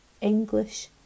English